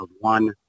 one